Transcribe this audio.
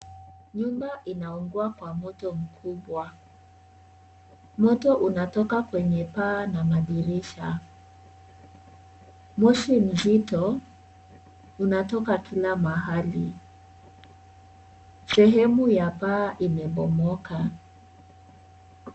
Nyumba inaungua kwa moto mkubwa moto unatoka kwenye paa na madirisha moshi mzito unatoka kila mahali sehemu ya paa imebomoka .